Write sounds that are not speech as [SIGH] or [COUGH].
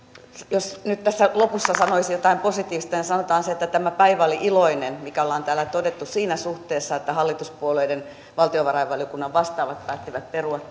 jos nyt tässä lopussa sanoisi jotain positiivista niin sanotaan se että tämä päivä oli iloinen mikä ollaan täällä todettu siinä suhteessa että hallituspuolueiden valtiovarainvaliokunnan vastaavat päättivät perua [UNINTELLIGIBLE]